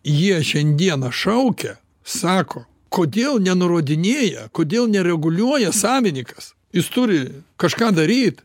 jie šiandieną šaukia sako kodėl nenurodinėja kodėl nereguliuoja savininkas jis turi kažką daryt